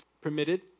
permitted